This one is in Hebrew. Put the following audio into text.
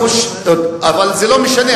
אבל זה לא משנה.